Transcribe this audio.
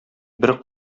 бер